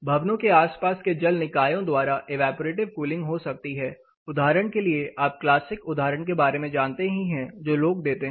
भवनों के आसपास के जल निकायों द्वारा इवेपरेटिव कूलिंग हो सकती है उदाहरण के लिए आप क्लासिक उदाहरण के बारे में जानते ही हैं जो लोग देते हैं